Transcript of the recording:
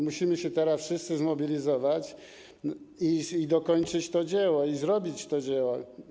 Musimy się teraz wszyscy zmobilizować i dokończyć to dzieło, i zrobić to dzieło.